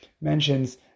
mentions